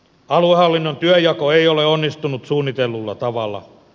aluehallinnon työnjako ei ole onnistunut suunnitellulla tavalla